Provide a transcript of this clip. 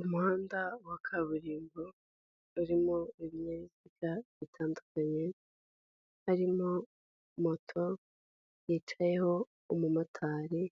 Umuhanda wa kaburimbo urimo ibinyabiziga bitandukanye, harimo moto yicayeho umumotari,